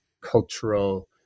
cultural